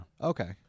Okay